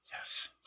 Yes